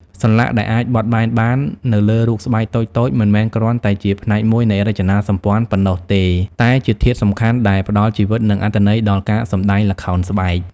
សន្លាក់ដែលអាចបត់បែនបាននៅលើរូបស្បែកតូចៗ មិនមែនគ្រាន់តែជាផ្នែកមួយនៃរចនាសម្ព័ន្ធប៉ុណ្ណោះទេ តែជាធាតុសំខាន់ដែលផ្តល់ជីវិត និងអត្ថន័យដល់ការសម្តែងល្ខោនស្បែក។